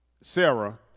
Sarah